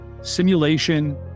simulation